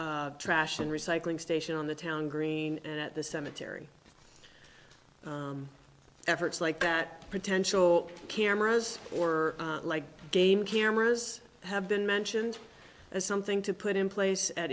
trash and recycling station on the town green and at the cemetery efforts like that potential cameras or game cameras have been mentioned as something to put in place at